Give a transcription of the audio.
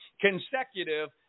consecutive